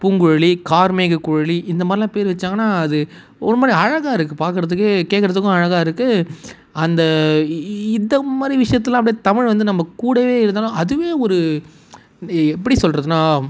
பூங்குழலி கார்மேககுழலி இந்தமாதிரிலாம் பேர் வச்சாங்கன்னா அது ஒருமாதிரி அழகாக இருக்குது பார்க்குறதுக்கே கேட்குறதுக்கும் அழகாக இருக்குது அந்த இ இந்தமாதிரி விஷயத்துலலாம் அப்படியே தமிழ் வந்து நம்ம கூடவே இருந்தாலும் அதுவே ஒரு இதை எப்படி சொல்லுறதுனா